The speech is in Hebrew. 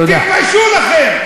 תתביישו לכם.